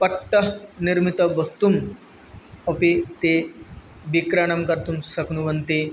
पट्टः निर्मित वस्तुम् अपि ते विक्रयणं कर्तुं शक्नुवन्ति